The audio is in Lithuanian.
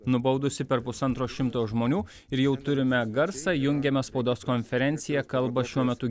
nubaudusi per pusantro šimto žmonių ir jau turime garsą jungiame spaudos konferenciją kalba šiuo metu